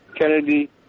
Kennedy